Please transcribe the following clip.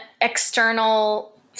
external